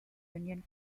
union